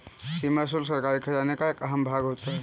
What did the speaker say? सीमा शुल्क सरकारी खजाने का एक अहम भाग होता है